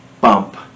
bump